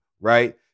right